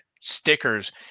stickers